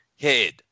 head